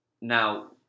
Now